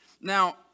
Now